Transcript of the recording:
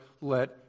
let